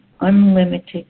unlimited